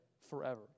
forever